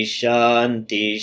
shanti